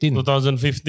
2015